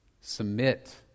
Submit